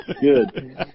Good